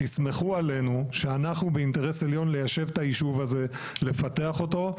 תסמכו עלינו שאנחנו באינטרס עליון ליישב את היישוב הזה ולפתח אותו.